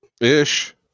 Ish